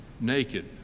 naked